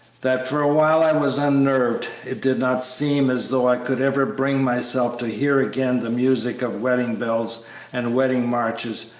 that for a while i was unnerved. it did not seem as though i could ever bring myself to hear again the music of wedding-bells and wedding-marches,